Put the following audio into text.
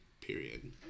period